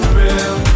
real